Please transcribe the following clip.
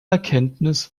erkenntnis